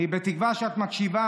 אני בתקווה שאת מקשיבה,